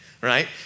right